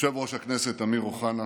יושב-ראש הכנסת אמיר אוחנה,